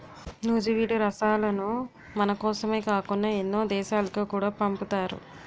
నూజివీడు రసాలను మనకోసమే కాకుండా ఎన్నో దేశాలకు కూడా పంపుతారు